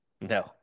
No